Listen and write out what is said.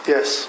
Yes